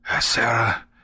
Sarah